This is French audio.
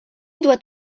doit